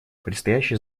предстоящие